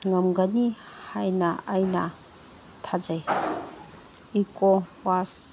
ꯉꯝꯒꯅꯤ ꯍꯥꯏꯅ ꯑꯩꯅ ꯊꯥꯖꯩ ꯏꯀꯣ ꯋꯦꯁ